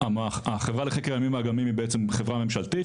החברה לחקר ימים ואגמים היא בעצם חברה ממשלתית,